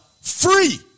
Free